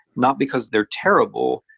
not because they're terrible,